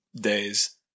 days